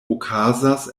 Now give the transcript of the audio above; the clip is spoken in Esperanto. okazas